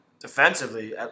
Defensively